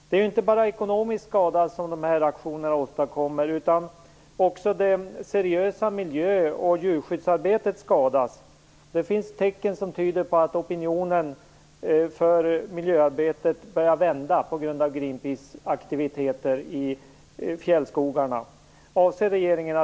Det är inte bara ekonomisk skada som de här aktionerna åstadkommer, utan också det seriösa miljö och djurskyddsarbetet skadas. Det finns tecken som tyder på att opinionen för miljöarbetet börjar vända på grund av Greenpeaces aktiviteter i fjällskogarna.